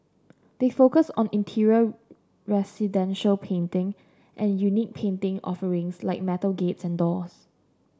they focus on interior residential painting and unique painting offerings like metal gates and doors